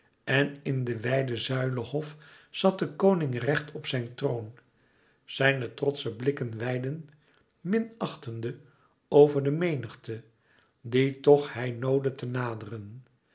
en in den wijden zuilenhof zat de koning recht op zijn troon zijne trotsche blikken weidden minachtende over de menigte die toch hij noodde te naderen